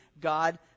God